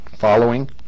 following